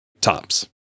tops